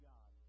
God